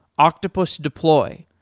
octopus deploy,